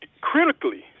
critically